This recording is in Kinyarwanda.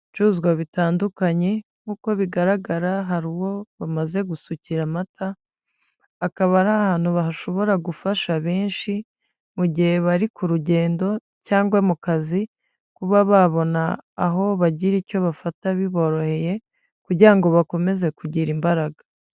bicuruzwa bitandukanye nkuko bigaragara hari uwo bamaze gusukira amata akaba ari ahantu bashobora gufasha benshi mu gihe bari ku rugendo cyangwa mu kazi kuba babona aho bagira icyo bafata biboroheye kugira ngo bakomeze kugira imbaraga.